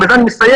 ובזה אני מסיים,